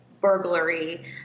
burglary